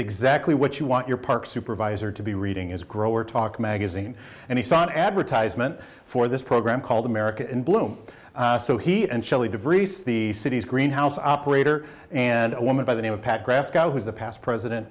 exactly what you want your park supervisor to be reading is grower talk magazine and he saw an advertisement for this program called america in bloom so he and shelley degrees the city's green house operator and a woman by the name of pat gras guy who's the past president